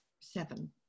seven